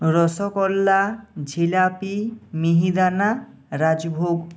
rasgulla jalebi mihidana rajbhog